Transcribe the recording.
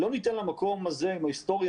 לא ניתן למקום הזה עם ההיסטוריה,